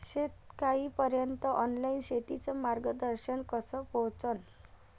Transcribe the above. शेतकर्याइपर्यंत ऑनलाईन शेतीचं मार्गदर्शन कस पोहोचन?